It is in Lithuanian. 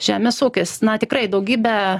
žemės ūkis na tikrai daugybę